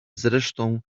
zresztą